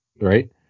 right